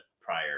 prior